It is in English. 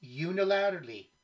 unilaterally